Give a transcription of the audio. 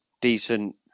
decent